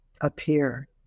appear